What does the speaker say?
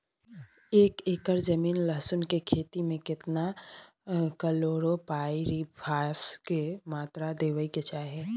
एक एकर जमीन लहसुन के खेती मे केतना कलोरोपाईरिफास के मात्रा देबै के चाही?